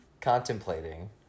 contemplating